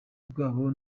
bwabo